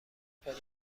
پدر